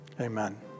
Amen